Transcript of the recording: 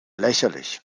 lächerlich